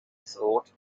thought